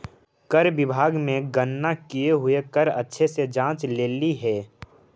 कर विभाग ने गणना किया हुआ कर अच्छे से जांच लेली हे